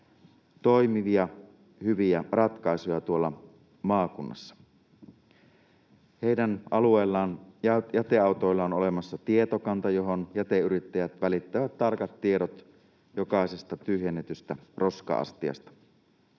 toimivia, hyviä ratkaisuja maakunnassa. Heidän alueellaan jäteautoilla on olemassa tietokanta, johon jäteyrittäjät välittävät tarkat tiedot jokaisesta tyhjennetystä roska-astiasta.